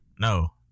No